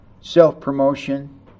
self-promotion